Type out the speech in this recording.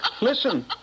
Listen